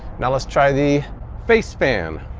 now let's try the face fan.